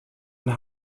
und